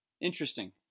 interesting